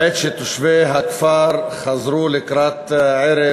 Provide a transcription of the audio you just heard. בעת שתושבי הכפר חזרו לקראת ערב